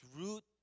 root